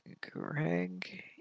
Greg